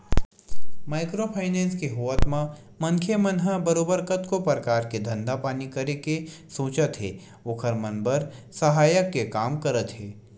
micro finance के होवत म मनखे मन ह बरोबर कतको परकार के धंधा पानी करे के सोचत हे ओखर मन बर सहायक के काम करत हे